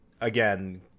again